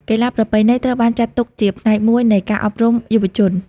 កីឡាប្រពៃណី ត្រូវបានចាត់ទុកជាផ្នែកមួយនៃការអប់រំយុវជន។